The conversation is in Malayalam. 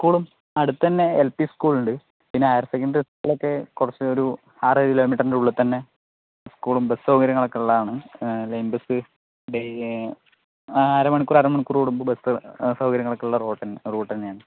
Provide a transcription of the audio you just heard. സ്കൂളും അടുത്ത് തന്നെ എൽപി പിന്നെ ഹയർ സെക്കണ്ടറി സ്കൂളൊക്കെ കുറച്ച് ഒരു ആറ് ഏഴ് കിലോമീറ്ററിൻ്റെ ഉള്ളിൽ തന്നെ സ്കൂളും ബസ് സൗകര്യങ്ങളൊക്കെ ഉള്ളതാണ് ലൈൻ ബസ് അര മണിക്കൂർ അര മണിക്കൂർ കൂടുമ്പോൾ ബസ് സൗകര്യങ്ങളൊക്കെ ഉള്ള റോഡ് തന്നെയാണ്